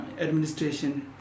administration